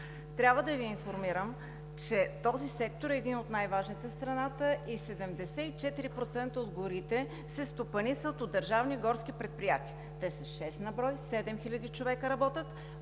Трябва да Ви информирам, че този сектор е един от най-важните в страната и 74% от горите се стопанисват от държавни горски предприятия. Те са шест на брой, 7 хиляди души работят,